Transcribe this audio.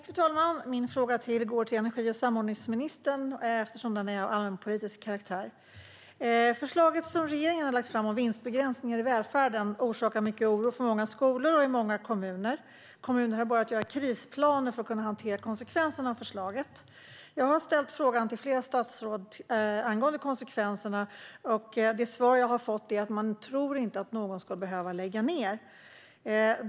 Fru talman! Min fråga går till energi och samordningsministern, eftersom den är av allmänpolitisk karaktär. Förslaget som regeringen har lagt fram om vinstbegränsningar i välfärden orsakar mycket oro för många skolor och i många kommuner. Kommuner har börjat att göra krisplaner för att kunna hantera konsekvenserna av förslaget. Jag har frågat flera statsråd om konsekvenserna. Det svar jag har fått är att man inte tror att någon ska behöva lägga ned.